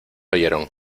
oyeron